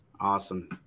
Awesome